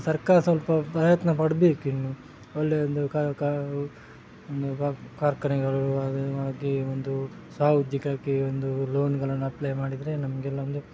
ಸರ್ಕಾರ ಸ್ವಲ್ಪ ಪ್ರಯತ್ನ ಪಡಬೇಕಿನ್ನು ಒಳ್ಳೆಯ ಒಂದು ಒಂದು ಕಾರ್ಖಾನೆಗಳು ಅದು ಆಗಿ ಒಂದು ಸ್ವ ಉದ್ಯೋಗಕ್ಕೆ ಒಂದು ಲೋನ್ಗಳನ್ನು ಅಪ್ಲೈ ಮಾಡಿದರೆ ನಮಗೆಲ್ಲ ಒಂದು